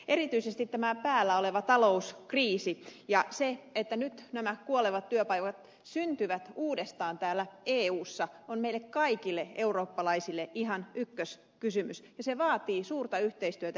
erityisesti tämä päällä oleva talouskriisi ja se että nyt nämä kuolevat työpaikat syntyvät uudestaan täällä eussa on meille kaikille eurooppalaisille ihan ykköskysymys ja se vaatii suurta yhteistyötä ja ponnistelua